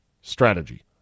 strategy